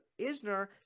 Isner